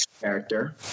character